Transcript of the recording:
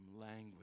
language